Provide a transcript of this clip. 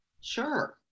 sure